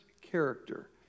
character